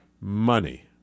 Money